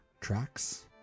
tracks